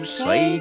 say